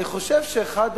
אני חושב שאחד